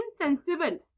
insensible